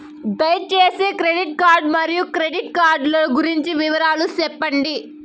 దయసేసి credit card మరియు credit card లు గురించి వివరాలు సెప్పండి?